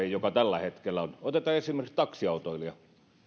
joka tällä hetkellä on otetaan esimerkiksi taksiautoilija